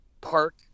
Park